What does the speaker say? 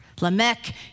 Lamech